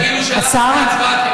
שלא יגידו שהלכתי מהצבעה,